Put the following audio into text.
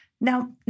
now